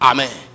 Amen